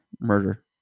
murder